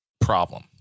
problem